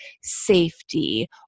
safety